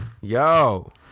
Yo